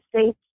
States